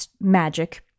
magic